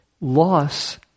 Loss